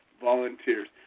volunteers